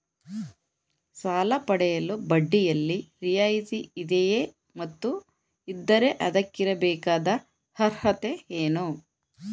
ಸಾಲ ಪಡೆಯಲು ಬಡ್ಡಿಯಲ್ಲಿ ರಿಯಾಯಿತಿ ಇದೆಯೇ ಮತ್ತು ಇದ್ದರೆ ಅದಕ್ಕಿರಬೇಕಾದ ಅರ್ಹತೆ ಏನು?